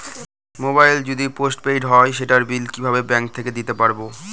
Mobile যদি postpaid হয় সেটার বিল কিভাবে ব্যাংক থেকে দিতে পারব?